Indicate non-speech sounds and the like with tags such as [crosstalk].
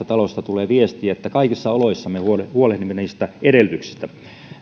[unintelligible] talosta tulee viesti että kaikissa oloissa me huolehdimme niistä edellytyksistä